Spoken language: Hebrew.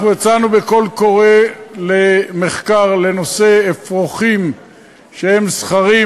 אנחנו יצאנו בקול קורא למחקר בנושא אפרוחים שהם זכרים